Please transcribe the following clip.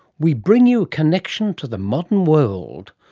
we bring you a connection to the modern world!